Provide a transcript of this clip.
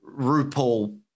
RuPaul